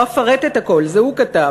לא אפרט את הכול, את זה הוא כתב.